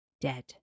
dead